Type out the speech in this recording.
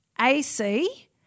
AC